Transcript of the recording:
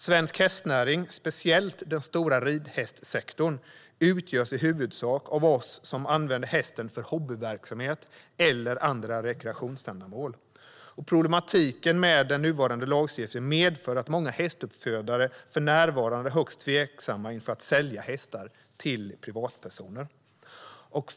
Svensk hästnäring, speciellt den stora ridhästsektorn, utgörs i huvudsak av oss som använder hästen för hobbyverksamhet eller andra rekreationsändamål. Problematiken med den nuvarande lagstiftningen medför att många hästuppfödare för närvarande är högst tveksamma inför att sälja hästar till privatpersoner.